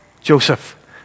Joseph